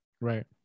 Right